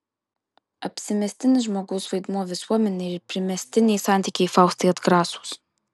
apsimestinis žmogaus vaidmuo visuomenėje ir primestiniai santykiai faustai atgrasūs